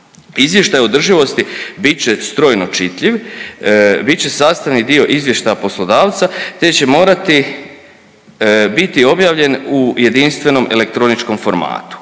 Izvještaj o održivosti bit će strojno čitljiv, bit će sastavni dio izvještaja poslodavca te će morati biti objavljen u jedinstvenom elektroničkom formatu.